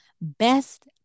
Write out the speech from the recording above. Best